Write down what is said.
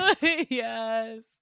yes